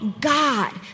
God